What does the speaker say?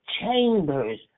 chambers